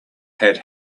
had